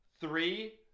Three